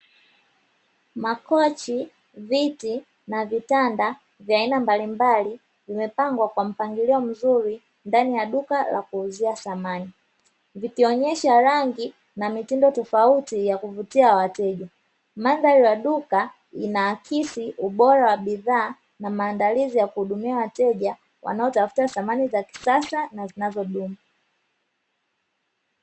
Makochi, viti na vitanda vya aina mbalimbali vimepangwa kwa mpangilio mzuri ndani ya duka la kuuzia samani, zikionyesha rangi na mitindo tofauti ya kuvutia wateja. Mandhari ya duka inaakisi ubora na maandalizi ya kuhudumia wateja wanaotafuta samani za kisasa na zinazodumu.